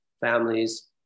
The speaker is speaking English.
families